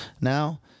now